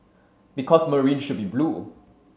because Marine should be blue